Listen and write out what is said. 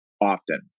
often